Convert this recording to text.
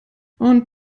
und